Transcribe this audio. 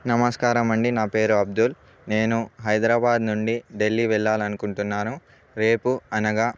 నమస్కారమండి నా పేరు అబ్దుల్ నేను హైదరాబాద్ నుండి ఢిల్లీ వెళ్ళాలనుకుంటున్నాను రేపు అనగా